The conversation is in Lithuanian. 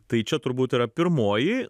tai čia turbūt yra pirmoji